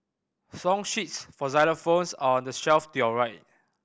song sheets for xylophones are on the shelf to your right